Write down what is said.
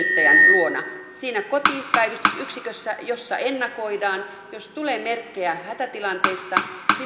luona siinä kotipäivystysyksikössä jossa ennakoidaan jos tulee merkkejä hätätilanteista